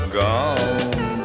gone